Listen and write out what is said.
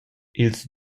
ils